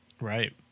Right